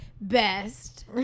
best